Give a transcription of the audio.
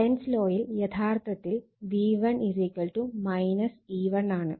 lens ലോയിൽ Lenz's law യഥാർത്ഥത്തിൽ Lenz's law V1 E1 ആണ്